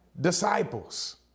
disciples